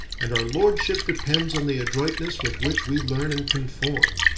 and our lordship depends on the adroitness with which we learn and conform.